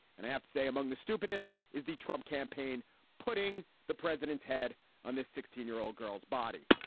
and i have to say among the stupidest is the trump campaign putting the president's head on this sixteen year old girl's body.